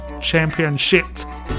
Championship